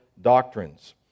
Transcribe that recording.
doctrines